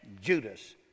Judas